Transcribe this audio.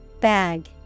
Bag